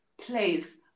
place